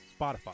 Spotify